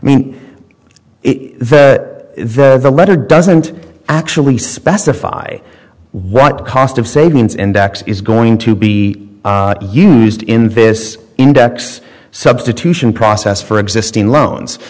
i mean there's a letter doesn't actually specify what cost of savings index is going to be used in this index substitution process for existing loans